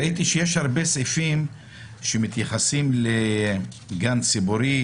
יש הרבה סעיפים שמתייחסים לגן ציבורי,